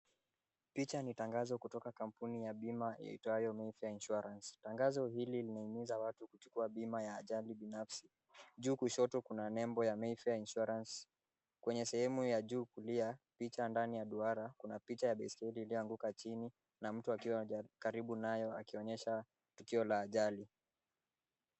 Picha ni tangazo kutoka kwa kampuni ya bima iitwayo Mayfair insurance. Tangazo hili linahimiza watu kuchukua bima ya ajali binafsi. Juu kushoto kuna nembo ya Mayfair insurance. Kwenye sehemu ya juu kulia picha ndani ya duara, kuna picha ya bistuli iliyo anguka chini na mtu akiwa karibu nayo akionyesha tukio la ajali.